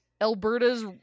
Alberta's